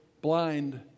blind